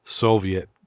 Soviet